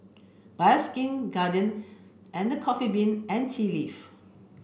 Bioskin Guardian and The Coffee Bean and Tea Leaf